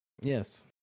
Yes